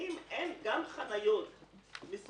אם אין מקומות חניה מסומנים